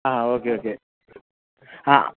ആ okay okay ആ